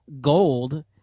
gold